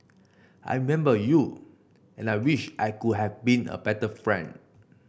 I remember you and I wish I could have been a better friend